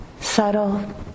subtle